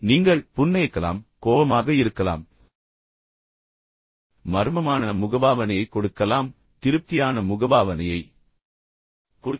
நீங்கள் புன்னகைக்கலாம் கோபமாக இருக்கலாம் மர்மமான முகபாவனையை கொடுக்கலாம் திருப்தியான முகபாவனையை கொடுக்கலாம்